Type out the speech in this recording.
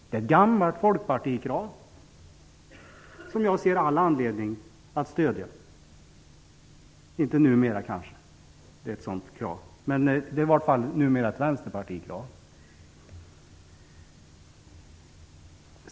Det är ett gammalt folkpartikrav som jag ser all anledning att stödja, men det kanske inte numera finns ett sådant krav. Om det är fallet är det nu ett vänsterpartikrav.